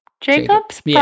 jacob's